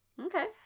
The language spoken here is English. Okay